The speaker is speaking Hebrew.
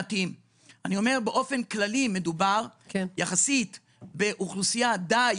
באופן כללי מדובר באוכלוסייה די